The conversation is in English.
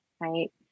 right